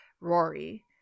Rory